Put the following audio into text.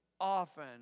often